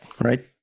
right